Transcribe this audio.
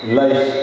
life